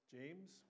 James